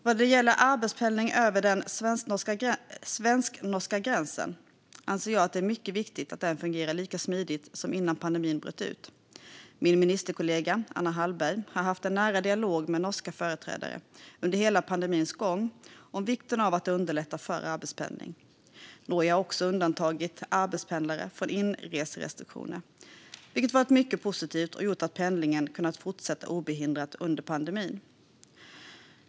Vad gäller arbetspendlingen över den svensk-norska gränsen anser jag att det är mycket viktigt att den fungerar lika smidigt som innan pandemin bröt ut. Min ministerkollega Anna Hallberg har haft en nära dialog med norska företrädare under hela pandemins gång om vikten av att underlätta för arbetspendling. Norge har också undantagit arbetspendlare från inreserestriktioner, vilket varit mycket positivt och gjort att pendlingen kunnat fortsätta obehindrad under pandemin.